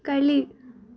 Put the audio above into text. ಕಲಿ